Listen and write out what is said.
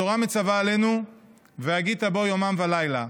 התורה מצווה עלינו "והגית בו יומם ולילה".